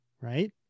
right